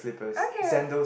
okay